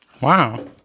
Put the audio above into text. Wow